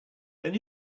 then